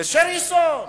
לאריסון,